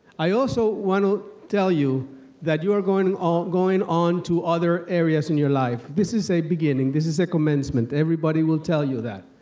i also want to tell you that you're going ah going on to other areas in your life. this is a beginning, this is a commencement, everybody will tell you that.